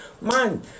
man